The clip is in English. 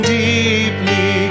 deeply